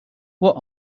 what